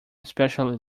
especially